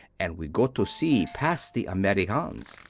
and we go to see pass the americans.